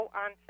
on